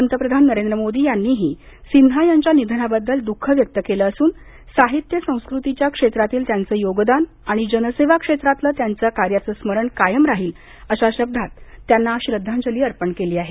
पंतप्रधान नरेंद्र मोदी यांनीही सिन्हा यांच्या निधनाबद्दल दु ख व्यक्त केलं असून साहित्य संस्कृतीच्या क्षेत्रातील त्याचं योगदान आणि जनसेवा क्षेत्रात त्यांच्या कार्याचं स्मरण कायम राहील अशा शब्दात त्यांना श्रद्धांजली वाहिली आहे